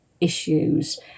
issues